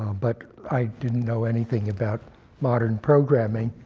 but i didn't know anything about modern programming,